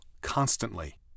constantly